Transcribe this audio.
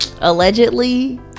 allegedly